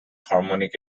harmonic